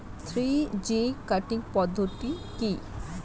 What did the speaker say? Three G cutting পদ্ধতি কি?